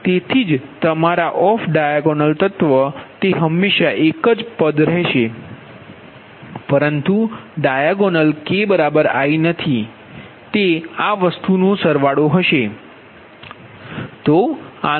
તેથી જ તમારા ઓફ ડાયાગોનલ તત્વ તે હંમેશાં એક પદ જ રહેશે પરંતુ ડાયાગોનલ k i નથી પરંતુ તે આ વસ્તુનો સરવાળો હશે સમીકરણ 57